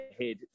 ahead